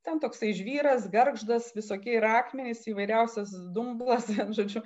ten toksai žvyras gargždas visokie ir akmenys įvairiausias dumblas vienu žodžiu